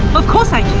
of course i